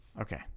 Okay